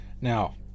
now